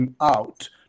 out